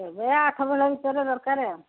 ଏବେ ଆଠ କିଲୋ ଭିତରେ ଦରକାର ଆଉ